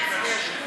המשפטים.